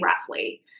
roughly